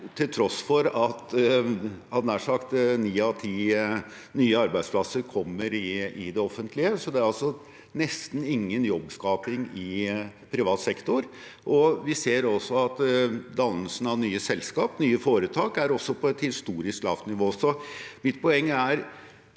til tross for at nær sagt ni av ti nye arbeidsplasser kommer i det offentlige. Det er nesten ingen jobbskaping i privat sektor, og vi ser også at dannelsen av nye selskap, nye foretak, er på et historisk lavt nivå.